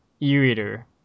e-reader